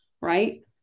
Right